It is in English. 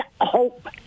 hope